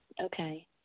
okay